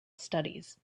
studies